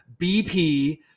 BP